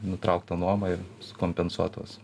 nutraukt tą nuomą ir sukompensuot tuos